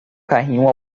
carrinho